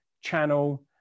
channel